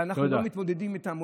ואנחנו לא מתמודדים איתה.